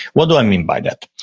what do i mean by that?